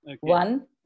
One